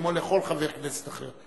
כמו לכל חבר כנסת אחר.